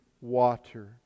water